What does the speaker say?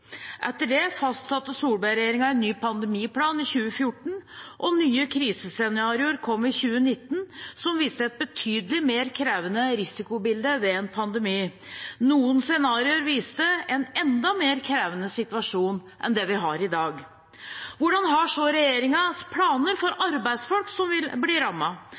Etter det fastsatte Solberg-regjeringen en ny pandemiplan i 2014. Nye krisescenarioer kom i 2019, som viste et betydelig mer krevende risikobilde ved en pandemi. Noen scenarioer viste en enda mer krevende situasjon enn det vi har i dag. Hvordan var så regjeringens planer for arbeidsfolk som ville bli